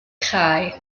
chau